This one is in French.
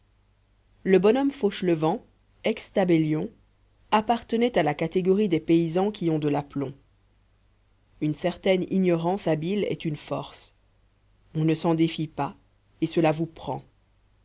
le bonhomme fauchelevent ex tabellion appartenait à la catégorie des paysans qui ont de l'aplomb une certaine ignorance habile est une force on ne s'en défie pas et cela vous prend